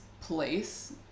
place